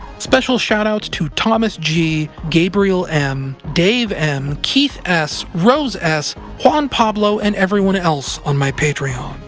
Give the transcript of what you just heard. special shoutouts to thomas g, gabriel m, dave m, keith s, rose s, juan pablo, and everyone else on my patreon.